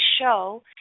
show